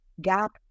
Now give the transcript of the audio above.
gap